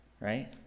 right